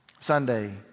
Sunday